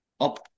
up